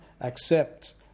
accept